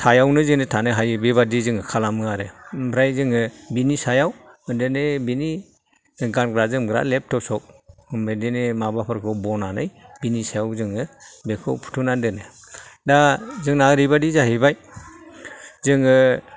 सायावनो जेनो थानो हायो बेबायदि जोङो खालामो आरो ओमफ्राय जोङो बिनि सायाव मथामथे बेनि जों गानग्रा जोमग्रा लेब थसब बिदिनो माबाफोरखौ बनानै बिनि सायाव जोङो बेखौ फुथुनानै दोनो दा जोंना ओरैबायदि जाहैबाय जोङो